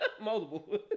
multiple